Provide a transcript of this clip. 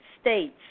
states